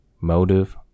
Motive